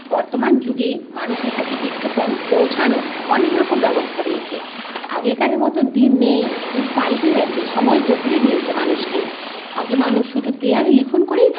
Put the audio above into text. বর্তমান যুগে মানুষের কাছে বিজ্ঞাপন পৌঁছানোর অনেকরকম ব্যবস্থা রয়েছে আগেকার মতো দিন নেই যুগ পাল্টে গেছে সময় বদলে দিয়েছে মানুষকে আগে মানুষ শুধু দেয়ালে লিখন করেই